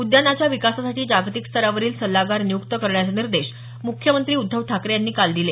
उद्यानाच्या विकासासाठी जागतिक स्तरावरील सल्लागार नियुक्त करण्याचे निर्देश मुख्यमंत्री उद्धव ठाकरे यांनी काल दिले